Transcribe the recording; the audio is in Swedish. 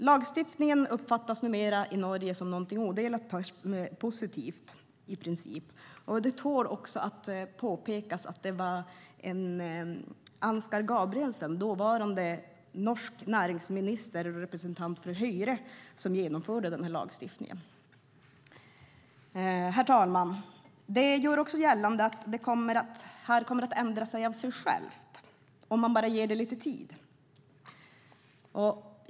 Lagstiftningen uppfattas numera i Norge som i princip någonting odelat positivt. Det tål också att påpekas att det var Ansgar Gabrielsen, dåvarande norsk näringsminister och representant för Høyre, som genomförde denna lagstiftning. Herr talman! Det görs också gällande att detta kommer att ändras av sig självt om man bara ger det lite tid.